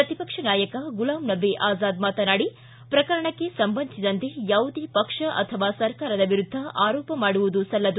ಪ್ರತಿಪಕ್ಷ ನಾಯಕ ಗುಲಾಂ ನಬಿ ಆಝಾದ್ ಮಾತನಾಡಿ ಪ್ರಕರಣಕ್ಕೆ ಸಂಬಂಧಿಸಿದಂತೆ ಯಾವುದೇ ಪಕ್ಷ ಅಥವಾ ಸರ್ಕಾರದ ವಿರುದ್ಧ ಆರೋಪ ಮಾಡುವುದು ಸಲ್ಲದು